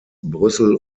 brüssel